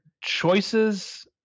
choices